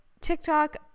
TikTok